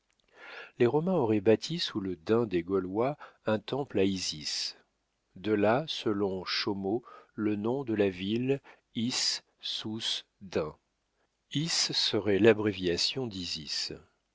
les romains auraient bâti sous le dun des gaulois un temple à isis de là selon chaumon le nom de la ville is sous dun is serait l'abréviation